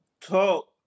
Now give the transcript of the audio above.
talk